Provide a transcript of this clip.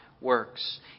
works